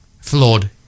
flawed